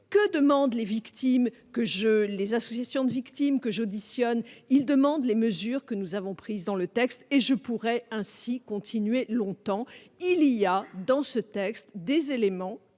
Que demandent les associations de victimes que j'auditionne ? Elles demandent les mesures que nous avons prises dans le texte. Je pourrais ainsi continuer longtemps ... Il y a dans ce texte des éléments-